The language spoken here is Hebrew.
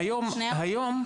אם אפשר,